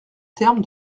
terme